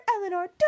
Eleanor